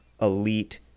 elite